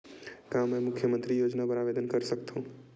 का मैं मुख्यमंतरी योजना बर आवेदन कर सकथव?